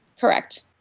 Correct